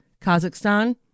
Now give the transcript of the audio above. Kazakhstan